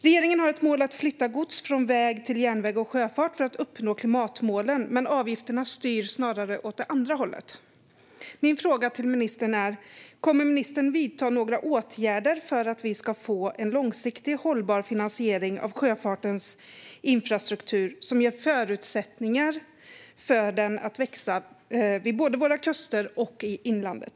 Regeringen har som mål att flytta gods från väg till järnväg och sjöfart för att uppnå klimatmålen. Men avgifterna styr snarare åt det andra hållet. Kommer ministern att vidta några åtgärder för att vi ska få en långsiktig, hållbar finansiering av sjöfartens infrastruktur och för att ge den förutsättningar att växa, både vid våra kuster och i inlandet?